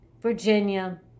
Virginia